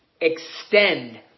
extend